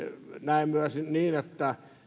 näen myös niin että